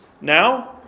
now